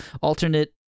alternate